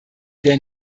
wer